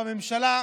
בממשלה,